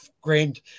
grand